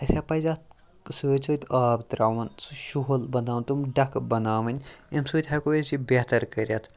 اَسہِ ہا پَزِ اَتھ سۭتۍ سۭتۍ آب ترٛاوُن سُہ شِہُل بَناوُن تِم ڈھَکھٕ بَناوٕنۍ ییٚمہِ سۭتۍ ہٮ۪کو أسۍ یہِ بہتر کٔرِتھ